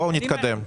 בואו נתקדם.